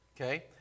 okay